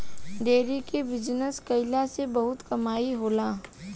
dairy के business कईला से बहुते कमाई होला